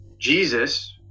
Jesus